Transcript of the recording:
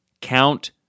Count